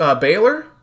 Baylor